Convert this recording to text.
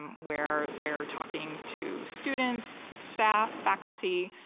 where they're talking to students, staff, faculty,